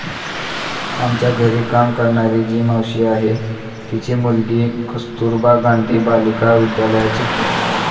आमच्या घरी काम करणारी जी मावशी आहे, तिची मुलगी कस्तुरबा गांधी बालिका विद्यालयात शिकते